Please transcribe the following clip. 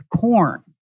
corn